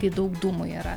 kai daug dūmų yra